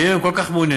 ואם הם כל כך מעוניינים,